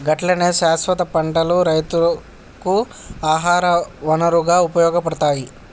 గట్లనే శాస్వత పంటలు రైతుకు ఆహార వనరుగా ఉపయోగపడతాయి